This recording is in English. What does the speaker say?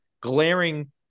glaring